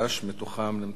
אתה רוצה לנמק?